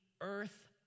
earth